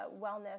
wellness